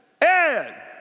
Ed